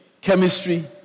chemistry